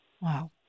Wow